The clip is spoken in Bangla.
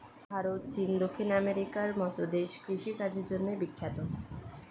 ভারত, চীন, দক্ষিণ আমেরিকার মতো দেশ কৃষি কাজের জন্যে বিখ্যাত